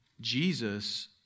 Jesus